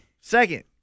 Second